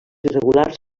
irregulars